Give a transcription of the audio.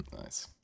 Nice